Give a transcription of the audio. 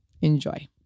Enjoy